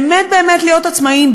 באמת באמת להיות עצמאיים,